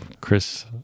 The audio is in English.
Chris